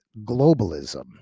globalism